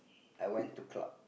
I went to club